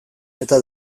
eta